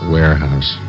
Warehouse